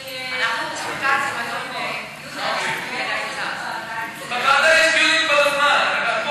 בוועדה יש דיונים כל הזמן.